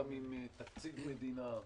גם עם תקציב מדינה,